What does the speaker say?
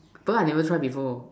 but I never try before